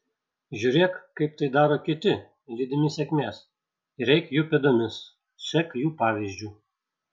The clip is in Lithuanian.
žiūrėk kaip tai daro kiti lydimi sėkmės ir eik jų pėdomis sek jų pavyzdžiu